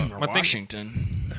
Washington